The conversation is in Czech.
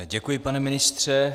Děkuji, pane ministře.